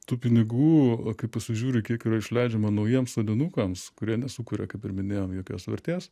tų pinigų kai pasižiūri kiek yra išleidžiama naujiems sodinukams kurie nesukuria kaip ir minėjom jokios vertės